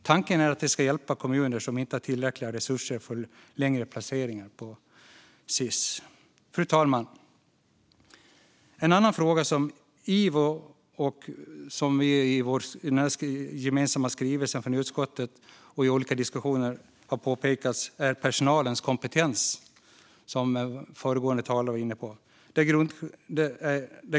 Tanken är att det ska hjälpa kommuner som inte har tillräckliga resurser för längre placeringar på Sis-hem. Fru talman! En annan fråga som Ivo pekat på och som vi tagit upp i vår gemensamma skrivelse från utskottet och i olika diskussioner är personalens kompetens, som föregående talare var inne på.